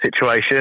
situation